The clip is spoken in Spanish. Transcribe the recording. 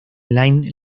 line